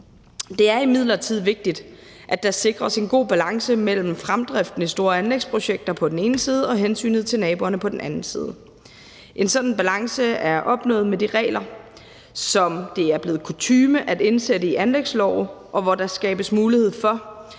Det er imidlertid vigtigt, at der sikres en god balance mellem fremdriften i store anlægsprojekter på den ene side og hensynet til naboerne på den anden side. En sådan balance er opnået med de regler, som det er blevet kutyme at indsætte i anlægslove, og hvor der skabes mulighed for,